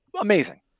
Amazing